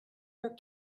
your